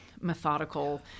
methodical